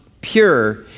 pure